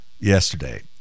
yesterday